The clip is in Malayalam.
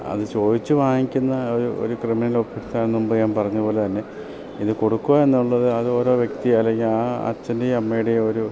അത് ചോദിച്ച് വാങ്ങിക്കുന്നത് ഒരു ഒരു ക്രിമിനൽ ഒഫൻസാന്ന് മുമ്പ് ഞാൻ പറഞ്ഞതു പോലെ തന്നെ ഇത് കൊടുക്കുക എന്നുള്ളത് അത് ഓരോ വ്യക്തി അല്ലെങ്കിൽ ആ അച്ഛൻ്റെയും അമ്മേയുടെയും ഒരു